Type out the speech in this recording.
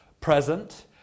present